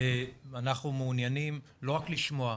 אנחנו מעוניינים לא רק לשמוע,